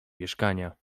mieszkania